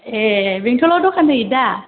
ए बेंटलाव दखान होयो दा